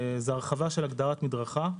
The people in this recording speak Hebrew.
הרחבת הגדרת מדרכה.